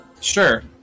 Sure